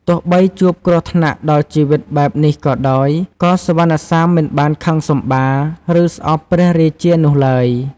ទោះបីជួបគ្រោះថ្នាក់ដល់ជីវិតបែបនេះក៏ដោយ ក៏សុវណ្ណសាមមិនបានខឹងសម្បារ ឬស្អប់ព្រះរាជានោះឡើយ។